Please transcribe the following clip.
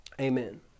Amen